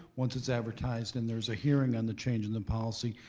once it's advertised and there's a hearing on the changes in the policy,